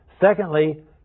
Secondly